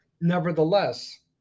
Nevertheless